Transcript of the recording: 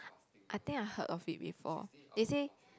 I think I heard of it before they say